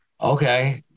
okay